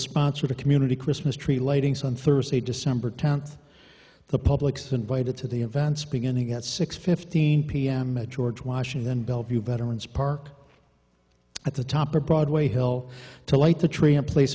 sponsor the community christmas tree lighting so on thursday december tenth the public's invited to the events beginning at six fifteen p m at george washington bellevue veterans park at the top of broadway hill to light the tree and place